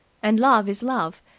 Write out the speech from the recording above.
and love is love,